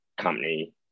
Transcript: company